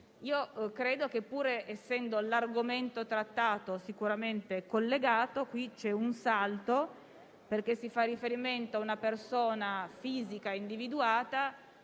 ma credo che, pur essendo l'argomento trattato sicuramente collegato, in questo caso vi sia un salto, perché si fa riferimento a una persona fisica individuata